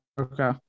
Okay